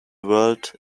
world